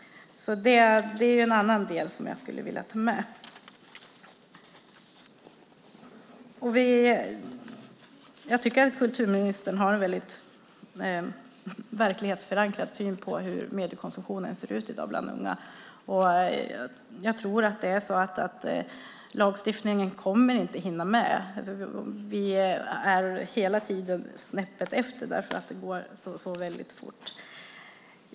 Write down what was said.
Det är alltså en annan del som jag skulle vilja ha med här. Jag tycker att kulturministern har en väldigt verklighetsförankrad syn på hur mediekonsumtionen i dag ser ut bland unga. Jag tror inte att lagstiftningen hinner med. Hela tiden är vi snäppet efter därför att det går så väldigt fort.